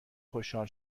خوشحال